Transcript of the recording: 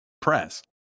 press